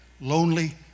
lonely